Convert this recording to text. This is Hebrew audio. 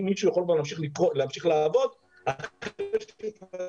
אם מישהו יכול להמשיך לעבוד --- (נתק בזום)